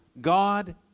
God